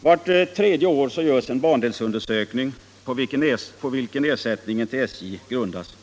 Vart tredje år görs en bandelsundersökning på vilken ersättningen till SJ grundas.